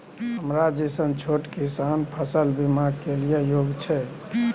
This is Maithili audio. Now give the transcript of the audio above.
हमरा जैसन छोट किसान फसल बीमा के लिए योग्य छै?